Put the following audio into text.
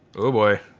oh boy,